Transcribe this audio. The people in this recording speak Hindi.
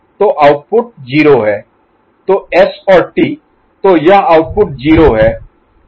तो आउटपुट 0 है तो S और T तो यह आउटपुट 0 है